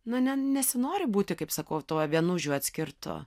nu ne nesinori būti kaip sakau tuo vienužiu atskirtu